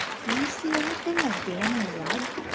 do you see anything of danny rugg?